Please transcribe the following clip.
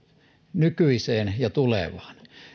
nykyiseen ja tulevaan